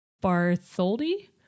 Bartholdi